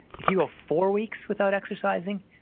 if you will four weeks without exercising,